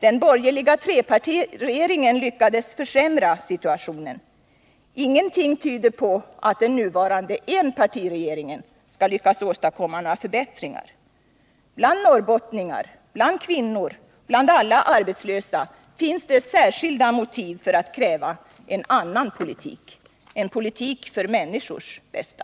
Den borgerliga trepartiregeringen lyckades försämra situationen. Ingenting tyder på att den nuvarande enpartiregeringen skall lyckas åstadkomma några förbättringar. Bland norrbottningar, bland kvinnor, bland alla arbetslösa finns det särskilda motiv för att kräva en annan politik — en politik för människors bästa.